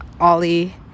ollie